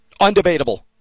undebatable